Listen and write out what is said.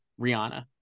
Rihanna